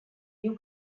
diu